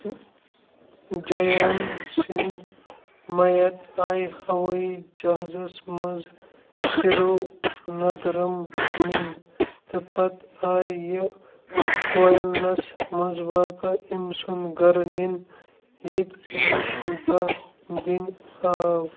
hello Jayan سٕنٛدۍ مَیَت آیہِ ہَوٲیی جَہازس منٛز تِرٛونَٛدرَم نِنۍ تہٕ پتہٕ آیہِ یہِ کوینس منٛز واقع أمۍ سُنٛد گَرٕ نِنۍ ییٚتہِ أمِس داہ دِنہِ آو